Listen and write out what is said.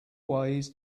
ways